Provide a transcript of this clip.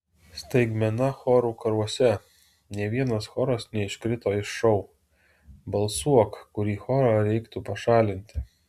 staigmena chorų karuose nė vienas choras neiškrito iš šou balsuok kurį chorą reiktų pašalinti